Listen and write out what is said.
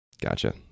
Gotcha